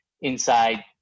inside